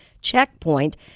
checkpoint